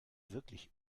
wirklich